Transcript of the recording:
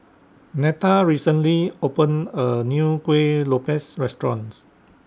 Netta recently opened A New Kueh Lopes Restaurant